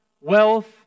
wealth